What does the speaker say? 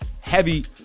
Heavy